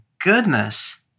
goodness